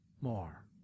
more